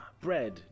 bread